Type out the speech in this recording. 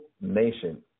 nation